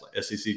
SEC